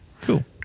Cool